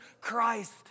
Christ